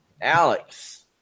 Alex